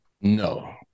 no